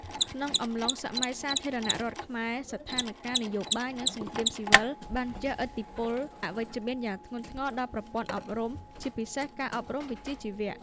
ក្នុងអំឡុងសម័យសាធារណរដ្ឋខ្មែរ ស្ថានការណ៍នយោបាយ និងសង្គ្រាមស៊ីវិលបានជះឥទ្ធិពលអវិជ្ជមានយ៉ាងធ្ងន់ធ្ងរដល់ប្រព័ន្ធអប់រំ ជាពិសេសការអប់រំវិជ្ជាជីវៈ។